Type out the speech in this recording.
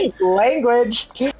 language